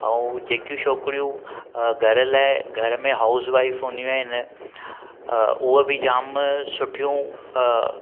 ऐं जेकियूं शोकरियूं घर लाए घर में हाउस वाइफ़ हूंदीयूं आहिनि उह बि जाम सुठियूं